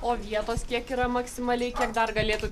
o vietos kiek yra maksimaliai kiek dar galėtų